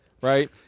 right